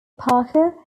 parker